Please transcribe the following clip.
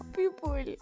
People